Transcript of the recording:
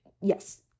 Yes